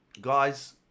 Guys